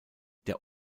der